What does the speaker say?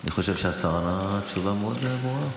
אני חושב שהשר ענה תשובה מאוד ברורה.